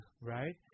Right